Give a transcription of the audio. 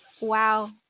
wow